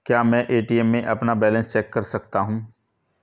क्या मैं ए.टी.एम में अपना बैलेंस चेक कर सकता हूँ?